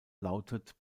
lautet